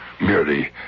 Merely